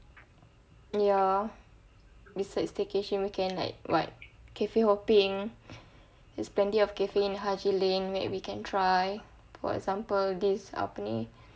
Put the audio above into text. ya besides staycation we can like what cafe hopping there's plenty of cafe in haji lane that we can try for example this apa ni